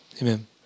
Amen